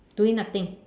doing nothing